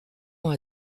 ans